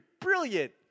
brilliant